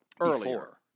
earlier